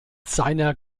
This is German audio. seiner